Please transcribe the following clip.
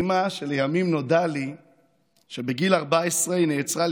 אימא שלימים נודע לי שבגיל 14 נעצרה על